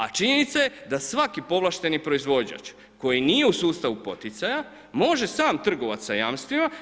A činjenica je da svaki povlašteni proizvođač koji nije u sustavu poticaja može sam trgovati sa jamstvima.